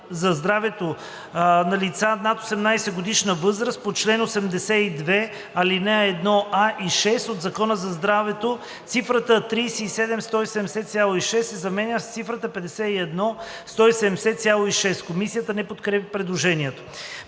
за здравето и на лица над 18-годишна възраст по чл. 82, ал. 1а и 6 от Закона за здравето“ числото „37 170,6“ се заменя с числото „51 170,6.“ Комисията не подкрепя предложението.